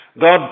God